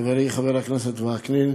חברי חבר הכנסת וקנין,